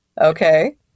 Okay